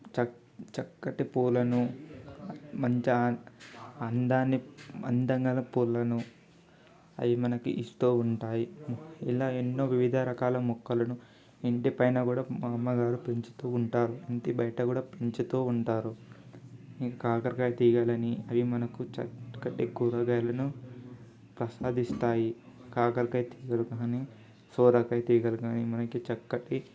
చక్క చక్కటి పూలను మంచి అం అందాన్ని అందమైన పూలను అది మనకు ఇస్తూ ఉంటాయి ఇలా ఎన్నో వివిధ రకాల మొక్కలను ఇంటి పైన కూడా మా అమ్మగారు పెంచుతూ ఉంటారు ఇంటి బయట కూడా పెంచుతూ ఉంటారు ఈ కాకరకాయ తీగలని ఇంకా మనకు చక్కటి కూరగాయలను ప్రసాదిస్తాయి కాకరకాయ తీగలు కానీ సొరకాయ తీగలు కానీ మనకు చక్కటి